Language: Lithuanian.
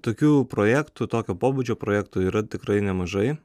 tokių projektų tokio pobūdžio projektų yra tikrai nemažai